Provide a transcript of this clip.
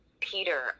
Peter